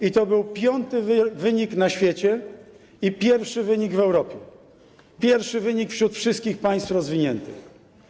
I to był piąty wynik na świecie i pierwszy wynik w Europie, pierwszy wynik wśród wszystkich państw rozwiniętych.